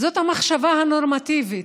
זאת המחשבה הנורמטיבית,